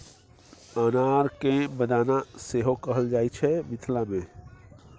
अनार केँ बेदाना सेहो कहल जाइ छै मिथिला मे